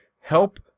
help